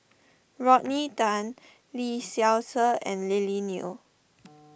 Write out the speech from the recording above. Rodney Tan Lee Seow Ser and Lily Neo